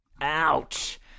Ouch